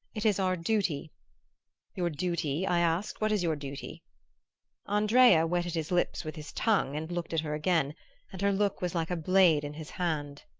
it is our duty your duty i asked. what is your duty andrea wetted his lips with his tongue and looked at her again and her look was like a blade in his hand.